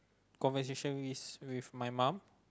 conversation with with my mom